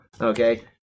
okay